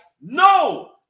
No